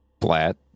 Flat